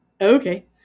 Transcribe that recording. Okay